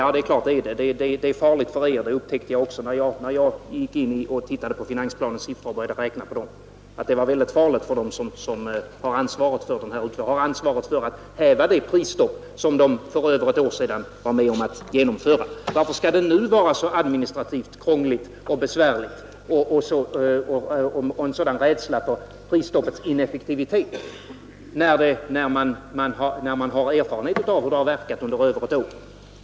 Ja, det är farligt för er — det upptäckte jag också när jag började räkna på finansplanens siffror. Det är väldigt farligt för dem som har ansvaret för att det prisstopp hävts som de för över ett år sedan var med om att genomföra. Varför skall det nu vara så administrativt krångligt och besvärligt, och varför denna rädsla för prisstoppets ineffektivitet, när man har erfarenhet av hur det verkat under över ett år?